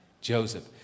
Joseph